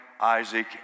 Isaac